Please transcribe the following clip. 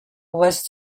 was